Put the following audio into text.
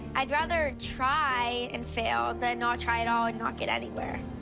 i'd rather try and fail than not try at all, and not get anywhere.